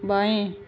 बायें